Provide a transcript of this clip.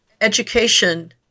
education